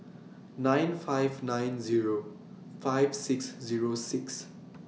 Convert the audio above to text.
nine five nine Zero five six Zero six